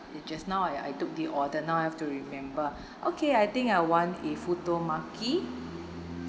just now I I took the order now I have to remember okay I think I want a futomaki